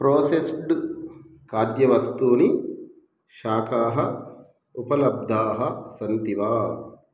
processed खाद्यवस्तूनि शाकानि उपलब्धाः सन्ति वा